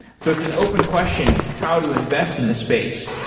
so it's an open question, how to invest in the space?